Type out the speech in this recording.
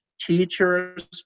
teachers